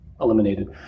eliminated